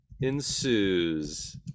ensues